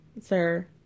sir